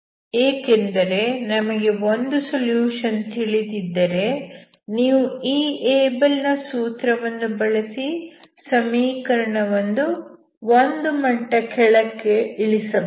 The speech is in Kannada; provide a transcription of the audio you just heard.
ಏಕೆಂದರೆ ನಿಮಗೆ ಒಂದು ಸೊಲ್ಯೂಶನ್ ತಿಳಿದಿದ್ದರೆ ನೀವು ಈ ಏಬಲ್ ನ ಸೂತ್ರವನ್ನು ಬಳಸಿ ಸಮೀಕರಣವನ್ನು ಒಂದು ಮಟ್ಟ ಕೆಳಕ್ಕೆ ಇಳಿಸಬಹುದು